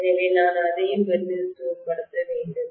எனவே நான் அதையும் பிரதிநிதித்துவப்படுத்த வேண்டும்